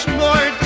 more